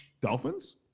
Dolphins